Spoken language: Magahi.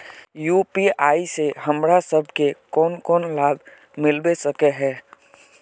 यु.पी.आई से हमरा सब के कोन कोन सा लाभ मिलबे सके है?